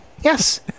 yes